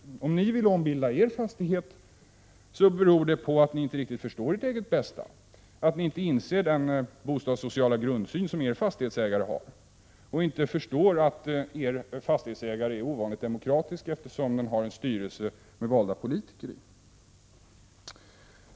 Om ni vill ombilda er fastighet beror det på att ni inte riktigt förstår ert eget bästa och inte inser vilken social grundsyn er fastighetsägare har. Ni förstår inte att er fastighetsägare är ovanligt demokratisk, eftersom den har en styrelse innehållande valda politiker.